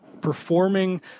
performing